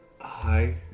hi